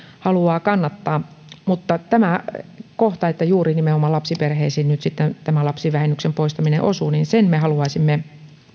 haluavat kannattaa mutta tämän kohdan että juuri nimenomaan lapsiperheisiin nyt sitten tämä lapsivähennyksen poistaminen osuu me haluaisimme